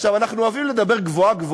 עכשיו, אנחנו אוהבים לדבר גבוהה-גבוהה,